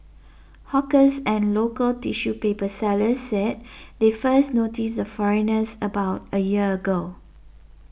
hawkers and local tissue paper sellers said they first noticed the foreigners about a year ago